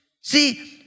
See